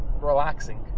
relaxing